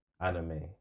anime